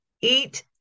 eat